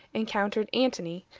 encountered antony,